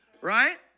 Right